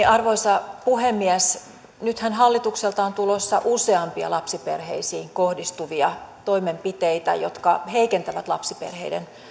arvoisa puhemies nythän hallitukselta on tulossa useampia lapsiperheisiin kohdistuvia toimenpiteitä jotka heikentävät lapsiperheiden